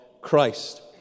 Christ